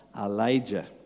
Elijah